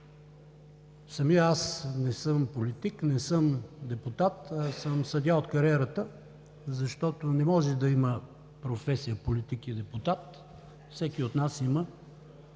Самият аз не съм политик, не съм депутат, а съм съдия от кариерата, защото не може да има професия „политик“ и „депутат“. Всеки от нас има